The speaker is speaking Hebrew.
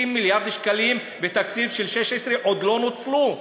60 מיליארד שקלים בתקציב של 16' עוד לא נוצלו.